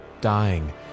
dying